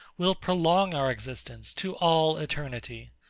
will prolong our existence to all eternity,